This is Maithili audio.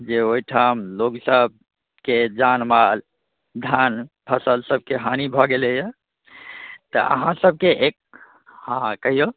जे ओहिठाम लोग सभकेँ जान माल धन फसल सभके हानि भऽ गेलैए तऽ अहाँ सभके एक हँ हँ कहिऔ